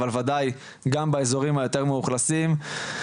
אלא וודאי גם באזורים היותר מאוכלסים.